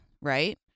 right